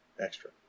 extra